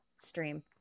stream